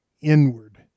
inward